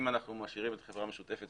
אם אנחנו משאירים את חברה משותפת